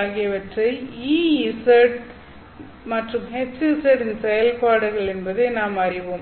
ஆகியவை Ez மற்றும் Hz இன் செயல்பாடுகள் என்பதை நாம் அறிவோம்